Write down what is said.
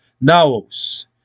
naos